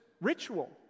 ritual